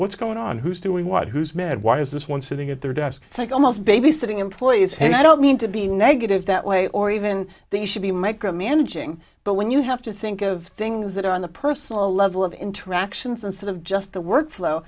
what's going on who's doing what who's mad why is this one sitting at their desk it's like almost babysitting employees hey i don't mean to be negative that way or even they should be micromanaging but when you have to think of things that are on the personal level of interactions instead of just the work flow